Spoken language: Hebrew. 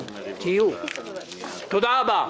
תודה רבה.